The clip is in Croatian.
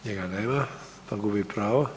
Njega nema, pa gubi pravo.